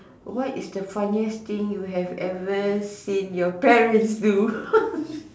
what is the funniest thing you have ever seen your parents do